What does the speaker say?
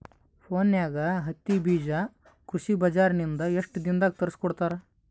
ಫೋನ್ಯಾಗ ಹತ್ತಿ ಬೀಜಾ ಕೃಷಿ ಬಜಾರ ನಿಂದ ಎಷ್ಟ ದಿನದಾಗ ತರಸಿಕೋಡತಾರ?